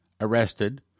arrested